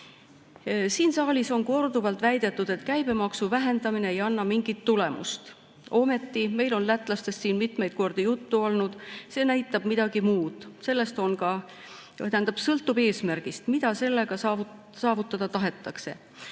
Siin saalis on korduvalt väidetud, et käibemaksu vähendamine ei anna mingit tulemust. Meil on siin lätlastest mitmeid kordi juttu olnud, see [näide] näitab midagi muud. Tähendab, sõltub eesmärgist, mida sellega saavutada tahetakse.